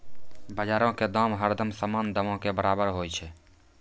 बजारो के दाम हरदम सामान्य दामो के बराबरे होय छै